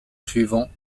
suivants